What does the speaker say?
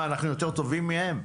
מה, אנחנו יותר טובים מהם?